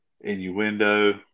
innuendo